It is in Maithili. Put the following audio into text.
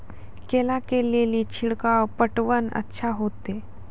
केला के ले ली छिड़काव पटवन अच्छा होते?